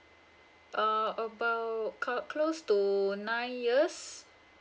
uh about close to nine years